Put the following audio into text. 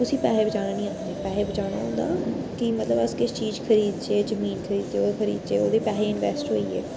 उसी पैहे बचाना नि आखदे पैहे बचाना होंदा कि मतलब अस किश चीज खरीदचै जमीन खरीदचै ओह्दे च पैहे इन्वेस्ट होई गे